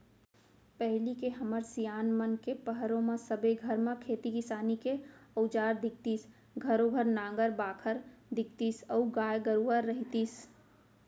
पहिली के हमर सियान मन के पहरो म सबे घर म खेती किसानी के अउजार दिखतीस घरों घर नांगर बाखर दिखतीस अउ गाय गरूवा रहितिस